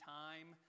time